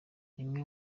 n’imwe